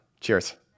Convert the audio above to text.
cheers